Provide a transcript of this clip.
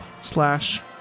slash